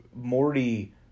Morty